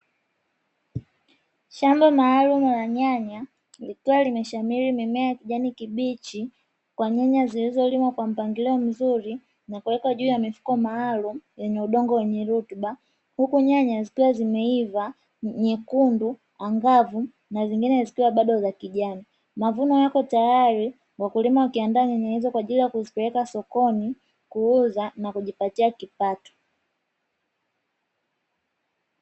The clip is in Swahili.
Shamba maalumu la nyanya likiwa limeshamiri mimea ya kijani kibichi kwa nyanya zilizolimwa kwa mpangilio mzuri na kuwekwa juu ya mifuko maalumu yenye udongo wenye rutuba huku nyanya zikiwa zimeiva nyekundu angavu na zingine zikiwa bado za kijani. Mavuno yako tayari wakulima wakiaandaa nyanya hizo kwa ajili ya kuzipeleka sokoni kuuza na kujipatia kipato.